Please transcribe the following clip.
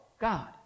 God